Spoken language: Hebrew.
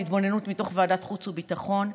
בהתבוננות מתוך ועדת החוץ והביטחון: